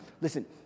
listen